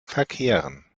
verkehren